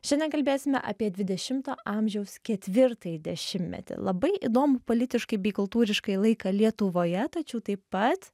šiandien kalbėsime apie dvidešimto amžiaus ketvirtąjį dešimtmetį labai įdomų politiškai bei kultūriškai laiką lietuvoje tačiau taip pat